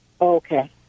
Okay